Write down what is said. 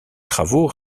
travaux